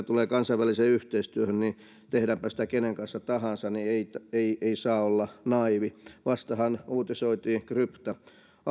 tulee kansainväliseen yhteistyöhön niin tehdäänpä sitä kenen kanssa tahansa tässä yhteistyössä ei saa olla naiivi vastahan uutisoitiin crypto ag